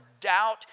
doubt